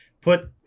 put